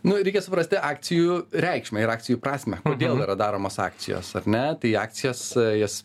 nu reikia suprasti akcijų reikšmę ir akcijų prasmę kodėl yra daromos akcijos ar ne tai akcijas jas